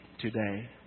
today